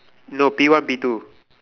no P one P two